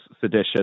sedition